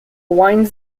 wines